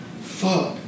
Fuck